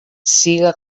siga